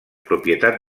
propietat